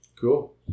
Cool